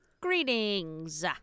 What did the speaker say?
Greetings